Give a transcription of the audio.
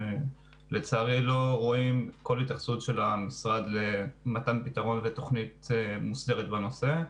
שלצערי לא רואים כל התייחסות של המשרד למתן פתרון ותכנית מוסדרת בנושא.